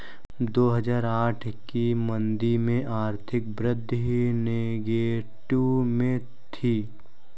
दो हजार आठ की मंदी में आर्थिक वृद्धि नेगेटिव में थी